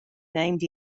named